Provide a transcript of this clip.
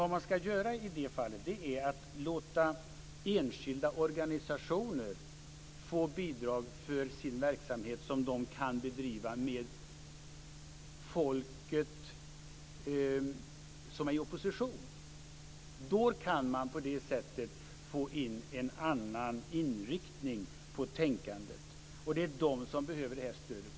Vad man ska göra i det här fallet är att man ska låta enskilda organisationer få bidrag för sin verksamhet som de kan bedriva tillsammans med folk som är i opposition. På det sättet kan man få en annan inriktning på tänkandet. Det är dessa organisationer som behöver det här stödet.